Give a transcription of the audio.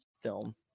film